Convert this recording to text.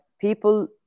people